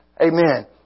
Amen